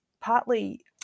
partly